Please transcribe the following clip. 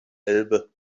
elbe